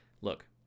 look